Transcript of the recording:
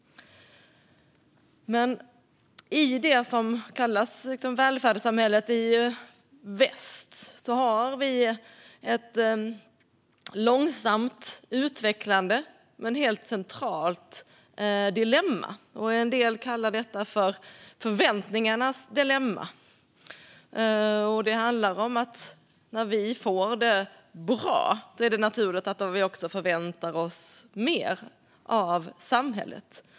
I det som kallas välfärdssamhället i väst har vi ett helt centralt dilemma som långsamt utvecklar sig. En del kallar det för förväntningarnas dilemma: I takt med att vi får det bra förväntar vi oss mer av samhället.